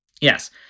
yes